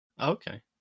Okay